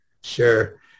Sure